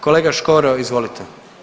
Kolega Škoro izvolite.